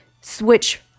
switch